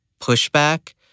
pushback